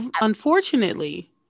Unfortunately